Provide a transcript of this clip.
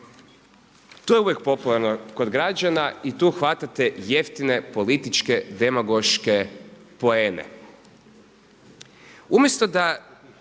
To je uvijek popularno kod građana i tu hvatate jeftine političke demagoške poene.